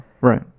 Right